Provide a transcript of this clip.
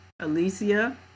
Alicia